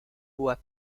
voix